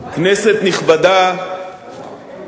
כנסת נכבדה,